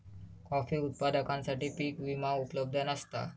coffee उत्पादकांसाठी पीक विमा उपलब्ध नसता